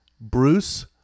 Bruce